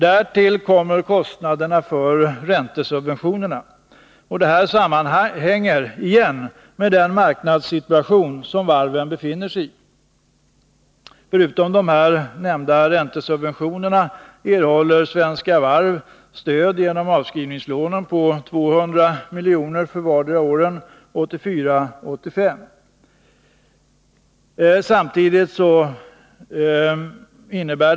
Därtill kommer kostnaderna för räntesubventionerna. Det sammanhänger igen med den marknadssituation som varven befinner sig i. Förutom nämnda räntesubventioner erhåller Svenska Varv genom avskrivningslånen ett stöd på 200 milj.kr. för vartdera av åren 1984 och 1985.